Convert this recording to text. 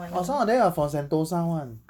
orh some of them are from sentosa [one]